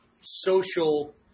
social